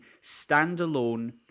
standalone